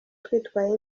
twitwaye